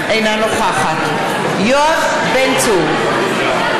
אינה נוכחת יואב בן צור,